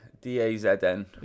D-A-Z-N